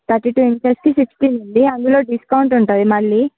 thirty two ఇంచెస్కి sixteen అండి అందులో డిస్కౌంట్ ఉంటుంది మళ్లీ